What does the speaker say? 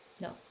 No